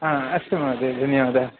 अस्तु महोदय धन्यवादः